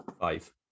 Five